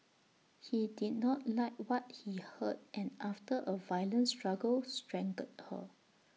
he did not like what he heard and after A violent struggle strangled her